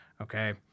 okay